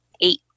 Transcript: eight